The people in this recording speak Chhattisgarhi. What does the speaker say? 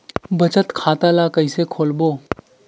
बचत खता ल कइसे खोलबों?